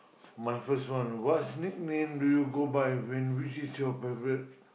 my first one what's nickname do you go by and which is your favourite